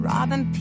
Robin